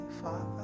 Father